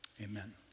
amen